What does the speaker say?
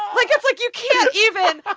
like, it's like you can't even.